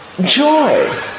joy